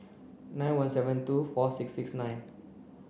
nine one seven two four six six nine